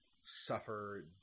suffer